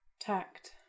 Tact